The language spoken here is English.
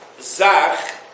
Zach